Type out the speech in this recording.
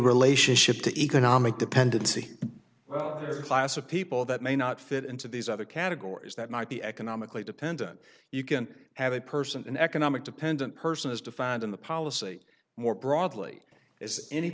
relationship to economic dependency class of people that may not fit into these other categories that might be economically dependent you can have a person economic dependent person is defined in the policy more broadly as any